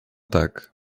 tak